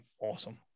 awesome